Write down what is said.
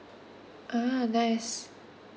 ah nice